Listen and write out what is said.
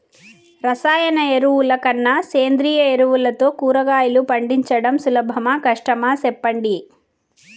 రసాయన ఎరువుల కన్నా సేంద్రియ ఎరువులతో కూరగాయలు పండించడం సులభమా కష్టమా సెప్పండి